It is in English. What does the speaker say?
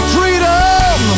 Freedom